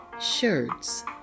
shirts